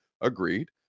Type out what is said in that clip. Agreed